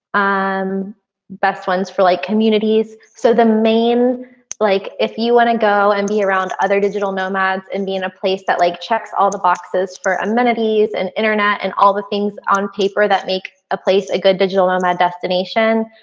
um best ones for like communities so the main like if you want to go and be around other digital nomads and be in a place that like checks all the boxes for amenities and internet and all the things on paper that makes a place a good digital nomad destination.